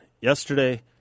Yesterday